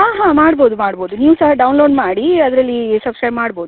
ಹಾಂ ಹಾಂ ಮಾಡ್ಬೋದು ಮಾಡ್ಬೋದು ನೀವೂ ಸಹ ಡೌನ್ಲೋಡ್ ಮಾಡಿ ಅದ್ರಲ್ಲಿ ಸಬ್ಸ್ಕ್ರೈಬ್ ಮಾಡ್ಬೋದು